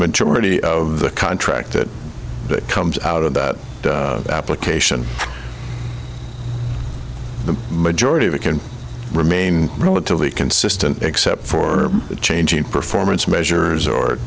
majority of the contract it comes out of that application the majority of it can remain relatively consistent except for the change in performance measures or